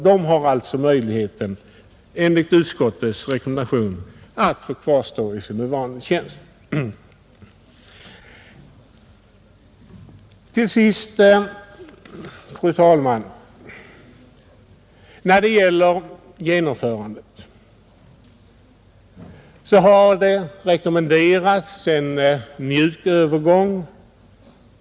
De har alltså möjligheten, enligt utskottets rekommendation, att kvarstå i sin nuvarande tjänst. När det gäller genomförandet har en mjuk övergång rekommenderats.